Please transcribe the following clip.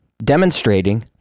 Demonstrating